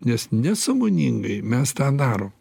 nes nesąmoningai mes tą darom